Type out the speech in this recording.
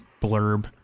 blurb